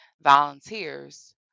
volunteers